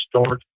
start